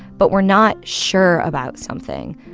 but we're not sure about something.